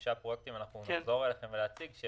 חמשת הפרויקטים אנחנו נחזור אליכם ונציג אותם,